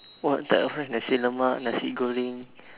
what the Nasi-Lemak Nasi-goreng